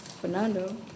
Fernando